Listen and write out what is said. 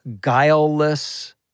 guileless